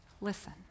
listen